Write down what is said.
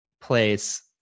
place